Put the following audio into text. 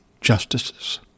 justices